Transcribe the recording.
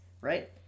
right